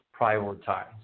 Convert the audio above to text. prioritize